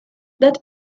that